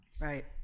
Right